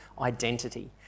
identity